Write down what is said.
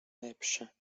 lepsze